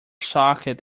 socket